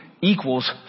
equals